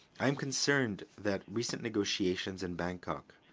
i am concerned that recent negotiations in bangkok